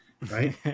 right